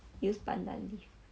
use pandan leaf